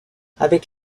avec